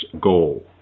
goal